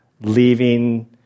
leaving